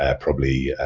ah probably,